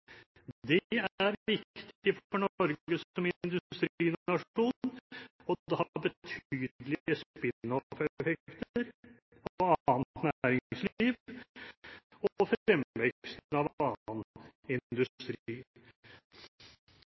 Det er viktig for Norge som industrinasjon, og det har betydelige spin-off-effekter for annet næringsliv og fremveksten av annen industri.